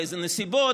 באיזה נסיבות?